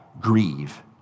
grieve